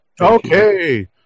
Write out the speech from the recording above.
Okay